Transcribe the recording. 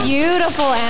Beautiful